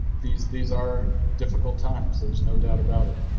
these these are difficult times. there's no doubt about it,